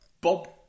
Bob